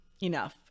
Enough